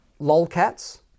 lolcat's